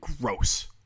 gross